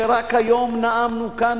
שרק היום נאמנו כאן